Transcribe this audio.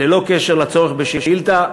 ללא קשר לצורך בשאילתה,